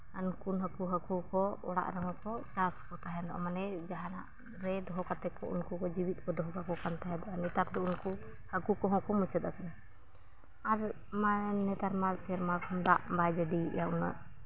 ᱟᱨ ᱦᱟᱱᱠᱩ ᱱᱟᱠᱩ ᱦᱟᱹᱠᱩ ᱠᱚ ᱚᱲᱟᱜ ᱨᱮᱦᱚᱸ ᱠᱚ ᱪᱟᱥ ᱠᱚ ᱛᱟᱦᱮᱱᱚᱜ ᱢᱟᱱᱮ ᱡᱟᱦᱟᱸᱜ ᱨᱮ ᱫᱚᱦᱚ ᱠᱟᱛᱮᱫ ᱩᱱᱠᱩ ᱠᱚ ᱡᱮᱣᱮᱫ ᱠᱚ ᱫᱚᱦᱚ ᱠᱟᱠᱚ ᱠᱟᱱ ᱛᱟᱦᱮᱸᱫ ᱟᱨ ᱱᱮᱛᱟᱨ ᱫᱚ ᱩᱱᱠᱩ ᱦᱟᱹᱠᱩ ᱠᱚᱦᱚᱸ ᱠᱚ ᱢᱩᱪᱟᱹᱫ ᱟᱠᱟᱱᱟ ᱟᱨ ᱢᱟᱲᱟᱝ ᱱᱮᱛᱟᱨᱢᱟ ᱥᱮᱨᱢᱟ ᱠᱷᱚᱱ ᱫᱟᱜ ᱵᱟᱭ ᱡᱟᱹᱲᱤᱭᱮᱫᱼᱟ ᱩᱱᱟᱹᱜ